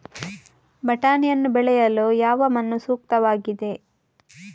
ಬಟಾಣಿಯನ್ನು ಬೆಳೆಯಲು ಯಾವ ಮಣ್ಣು ಸೂಕ್ತವಾಗಿದೆ?